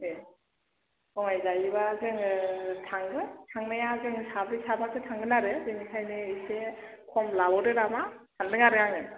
ए खमायजायोब्ला जोङो थांगोन थांनाया जों साब्रै साबासो थांगोन आरो बेनिखायनो एसे खम लाबावदो नामा सानदों आरो आङो